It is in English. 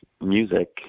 music